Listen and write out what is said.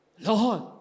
Lord